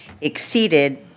exceeded